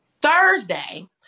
Thursday